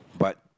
but